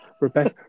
Rebecca